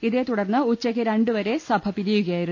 ഇതേ തുടർന്ന് ഉച്ചയ്ക്ക് രണ്ടുവരെ സഭ പിരി യുകയായിരുന്നു